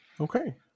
Okay